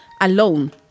alone